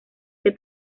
que